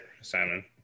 Simon